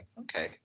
Okay